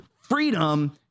freedom